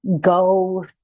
go